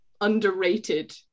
underrated